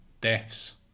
deaths